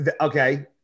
Okay